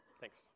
Thanks